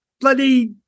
bloody